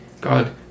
God